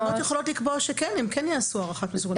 התקנות יכולות לקבוע שכן, הן יעשו הערכת מסוכנות.